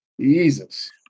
Jesus